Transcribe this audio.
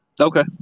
Okay